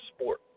sport